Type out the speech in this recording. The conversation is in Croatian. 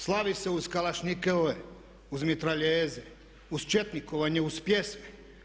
Slavi se uz kalašnjikove, uz mitraljeze, uz četnikovanje, uz pjesme.